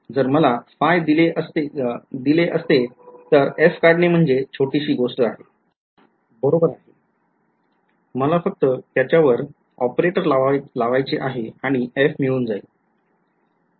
जर मला दिले असते तर f काढणे म्हणजे छोटी गोष्ट आहे बरोबर मला फक्त त्याच्यावर ऑपरेटर लावायचे आहे आणि f मिळून जाईल